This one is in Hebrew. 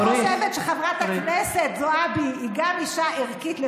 ואני חושבת שחברת הכנסת זועבי גם היא אישה ערכית,